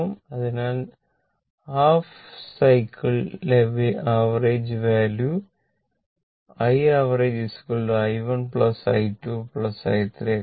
അതിനാൽ half cycle ലെ average value I I1 I2 I3